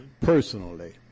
personally